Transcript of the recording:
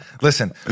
Listen